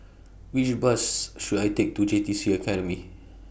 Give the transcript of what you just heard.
Which Bus should I Take to J T C Academy